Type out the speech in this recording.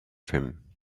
them